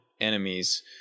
enemies